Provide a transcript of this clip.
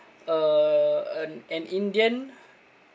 a a an indian